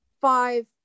five